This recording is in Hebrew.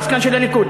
עסקן של הליכוד.